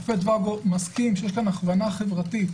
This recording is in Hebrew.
השופט ואגו מסכים שיש כאן הכוונה חברתית.